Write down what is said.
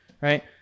right